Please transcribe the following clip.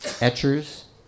etchers